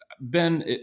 Ben